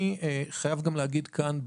אני חייב גם להגיד כאן,